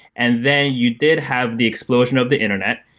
and then you did have the explosion of the internet,